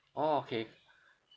orh okay